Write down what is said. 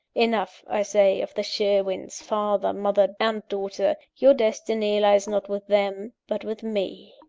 enough, i say, of the sherwins father, mother, and daughter your destiny lies not with them, but with me.